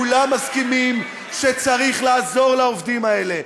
כולם מסכימים שצריך לעזור לעובדים האלה,